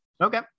Okay